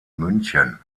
münchen